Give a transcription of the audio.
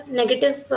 negative